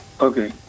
okay